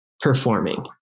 performing